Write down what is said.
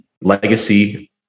legacy